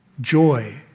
joy